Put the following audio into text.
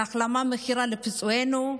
בהחלמה מהירה לפצועינו,